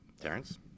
Terrence